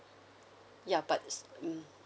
ya but it's mm